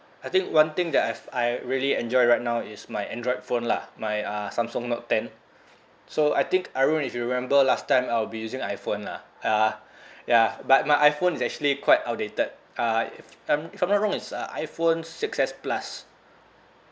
I think one thing that I've I really enjoy right now is my android phone lah my uh samsung note ten so I think I don't know if you remember last time I'll be using iphone lah uh ya but my iphone is actually quite outdated uh if I'm if I'm not wrong it's a iphone six S plus